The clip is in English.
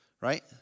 right